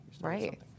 Right